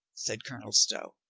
said colonel stow.